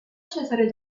cesare